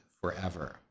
forever